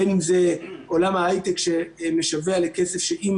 בין אם זה עולם ההייטק שמשווע לכסף שאם